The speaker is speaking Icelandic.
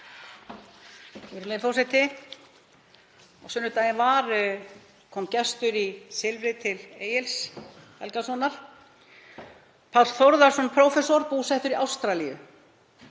Virðulegi forseti. Á sunnudaginn var kom gestur í Silfrið til Egils Helgasonar, Páll Þórðarson prófessor, búsettur í Ástralíu.